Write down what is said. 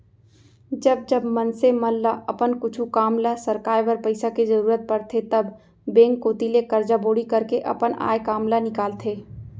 जब जब मनसे मन ल अपन कुछु काम ल सरकाय बर पइसा के जरुरत परथे तब बेंक कोती ले करजा बोड़ी करके अपन आय काम ल निकालथे